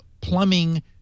plumbing